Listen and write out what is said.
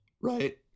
Right